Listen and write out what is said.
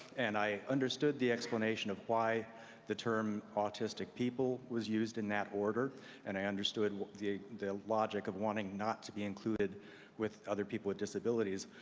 and i understood the explanation of why the term autistic people was used in that order and i understood the the logic of wanting not to be included with other people with disabilities.